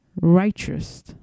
Righteous